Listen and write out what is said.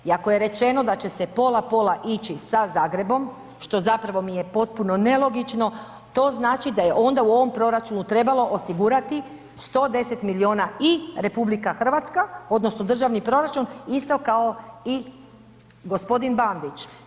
I ako je rečeno da će se pola, pola ići sa Zagrebom, što zapravo mi potpuno je nelogično, to znači da je onda u ovom proračunu trebalo osigurati 110 miliona i RH odnosno državni proračun isto kao i gospodin Bandić.